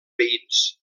veïns